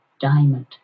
Diamond